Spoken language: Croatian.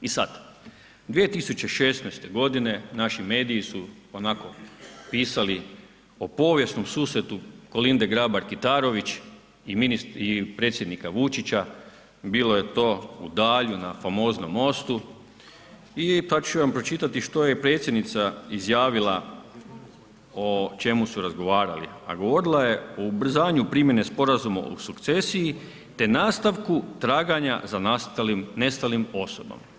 I sad 2016. godine naši mediji su onako pisali o povijesnom susretu Kolinde Grabar Kitarović i predsjednika Vučića, bilo je to u Dalju na famoznom mostu i sad ću vam pročitati što je predsjednica izjavila o čemu su razgovarali, a govorila je o ubrzanju primjene sporazuma o sukcesiji te nastavku traganja za nestalim osobama.